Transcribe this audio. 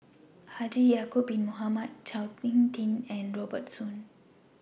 Haji Ya'Acob Bin Mohamed Chao Hick Tin and Robert Soon